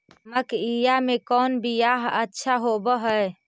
मकईया के कौन बियाह अच्छा होव है?